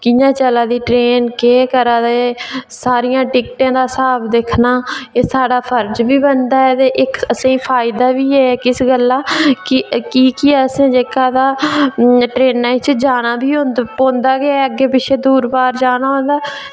कि'यां चला दी ट्रेन केह् करा दे सारियें टिकटें दा स्हाब दिक्खना एह् साढ़ा फर्ज बी बनदा ते इक असेंगी फायदा बी ऐ इस गल्ला कि कि के अस जेह्का ट्रेनां च जाना पौंदा बी ऐ अग्गें पिच्छें दूर पार जाना होंदा